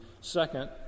Second